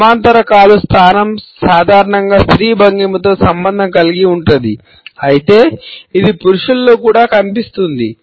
సమాంతర కాలు స్థానం సాధారణంగా స్త్రీ భంగిమతో సంబంధం కలిగి ఉంటుంది అయితే ఇది పురుషులలో కూడా కనిపిస్తుంది